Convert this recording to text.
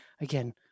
again